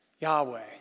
Yahweh